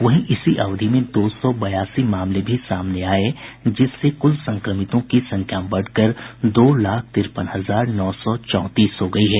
वहीं इसी अवधि में दो बयासी मामले भी सामने आये जिससे कुल संक्रमितों की संख्या बढ़कर दो लाख तिरपन हजार नौ सौ चौंतीस हो गयी है